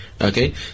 Okay